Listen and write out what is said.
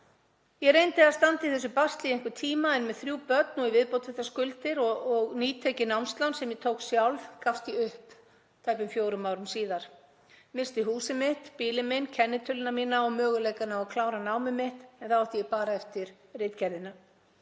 Ég reyndi að standa í þessu basli í einhvern tíma en með þrjú börn og í viðbót við þessar skuldir og nýtekið námslán sem ég tók sjálf gafst ég upp tæpum fjórum árum síðar, missti húsið mitt, bílinn minn, kennitöluna mína og möguleikann á að klára námið mitt en þá átti ég bara eftir ritgerðina.